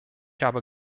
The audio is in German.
habe